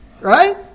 Right